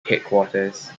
headquarters